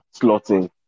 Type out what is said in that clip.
slotting